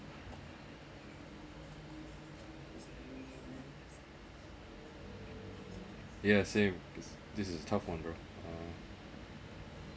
yeah same this is tough one bro